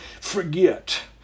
forget